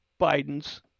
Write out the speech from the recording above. Biden's –